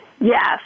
Yes